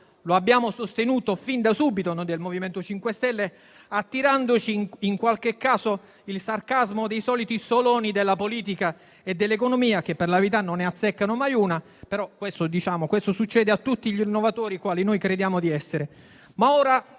lo abbiamo sostenuto fin da subito noi del MoVimento 5 Stelle, attirandoci in qualche caso il sarcasmo dei soliti soloni della politica e dell'economia - che, per la verità, non ne azzeccano mai una - però, questo succede a tutti gli innovatori, quali noi crediamo di essere. Ora,